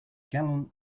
gallant